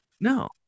no